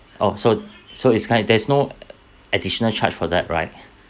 oh so so it's fine there's no additional charge for that right